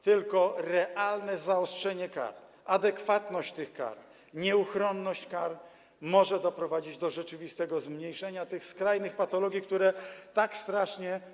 Tylko realne zaostrzenie kar, adekwatność tych kar, nieuchronność kar może doprowadzić do rzeczywistego zmniejszenia tych skrajnych patologii, które tak strasznie.